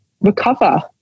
recover